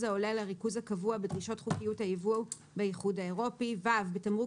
העולה על הריכוז שנקבע בדרישות חוקיות הייבוא באיחוד האירופי,; (ו)בתמרוק